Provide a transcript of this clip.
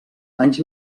anys